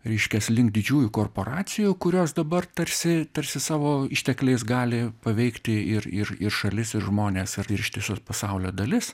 reiškias link didžiųjų korporacijų kurios dabar tarsi tarsi savo ištekliais gali paveikti ir ir ir šalis ir žmones ištisas pasaulio dalis